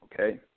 Okay